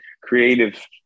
creative